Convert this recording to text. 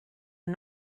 are